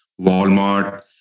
Walmart